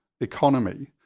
economy